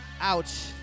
ouch